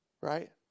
right